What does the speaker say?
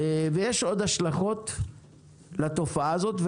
יש עוד השלכות לתופעה הזאת,